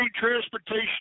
transportation